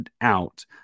out